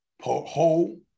whole